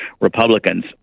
Republicans